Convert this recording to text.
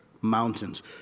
mountains